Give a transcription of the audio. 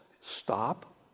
stop